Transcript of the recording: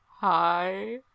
Hi